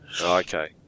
Okay